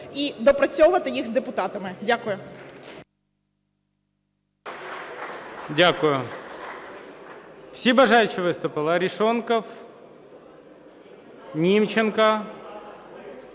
і доопрацьовувати їх з депутатами. Дякую.